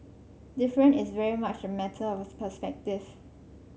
different is very much a matter of perspective